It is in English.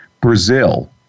Brazil